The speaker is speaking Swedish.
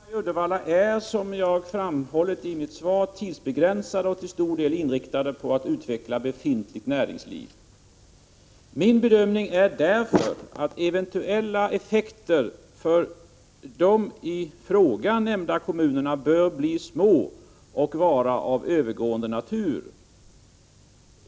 Herr talman! Insatserna i Uddevalla är, som jag har framhållit i mitt svar, tidsbegränsade och till stor del inriktade på att utveckla befintligt näringsliv. Det är därför min bedömning att eventuella effekter för de i frågan nämnda kommunerna bör bli små och att de bör vara av övergående natur.